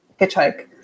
hitchhike